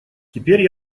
теперь